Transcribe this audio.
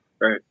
Right